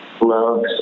love